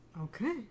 Okay